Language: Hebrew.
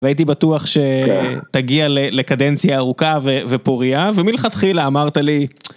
והייתי בטוח שתגיע לקדנציה ארוכה ופוריה ומלכתחילה אמרת לי.